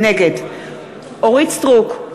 נגד אורית סטרוק,